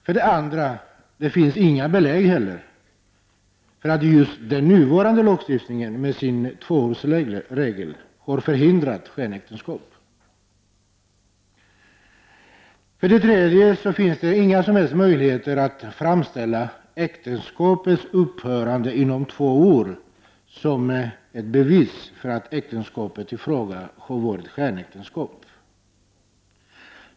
För det andra finns det inte heller några belägg för att just den nuvarande lagstiftningen med sin tvåårsregel har förhindrat skenäktenskap. För det tredje finns det inga som helst möjligheter att framställa äktenskapets upphörande inom två år som ett bevis för att äktenskapet i fråga har varit ett skenäktenskap.